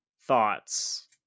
thoughts